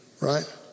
Right